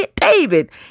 David